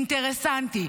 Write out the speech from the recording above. אינטרסנטי.